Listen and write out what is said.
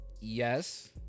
yes